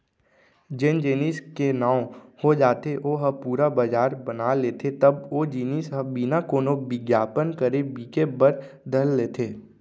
जेन जेनिस के नांव हो जाथे ओ ह पुरा बजार बना लेथे तब ओ जिनिस ह बिना कोनो बिग्यापन करे बिके बर धर लेथे